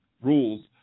rules